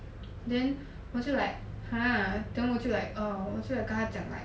then 我就 like !huh! then 我就 like err 我就 like 跟他讲 like